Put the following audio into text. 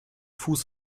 fuß